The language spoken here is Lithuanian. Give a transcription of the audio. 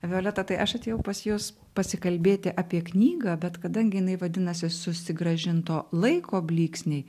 violeta tai aš atėjau pas jus pasikalbėti apie knygą bet kadangi jinai vadinasi susigrąžinto laiko blyksniai